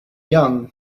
young